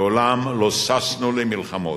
מעולם לא ששנו למלחמות,